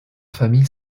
famille